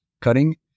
cutting